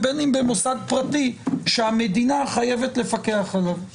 ובין שהוא מוסד פרטי שהמדינה חייבת לפקח עליו.